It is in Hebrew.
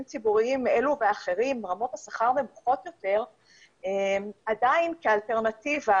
ציבוריים אלו ואחרים רמות השכר נמוכות יותר עדיין כאלטרנטיבה